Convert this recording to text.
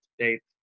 States